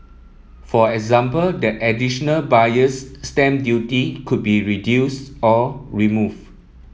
for example the additional Buyer's Stamp Duty could be reduce or remove